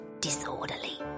Disorderly